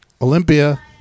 Olympia